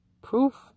proof